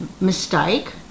mistake